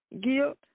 guilt